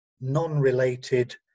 non-related